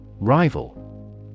Rival